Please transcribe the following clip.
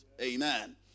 Amen